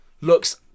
looks